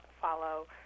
follow